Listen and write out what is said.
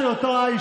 יש גם דרך.